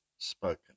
Spoken